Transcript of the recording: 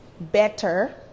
better